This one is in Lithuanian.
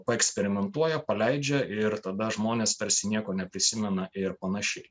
paeksperimentuoja paleidžia ir tada žmonės tarsi nieko neprisimena ir panašiai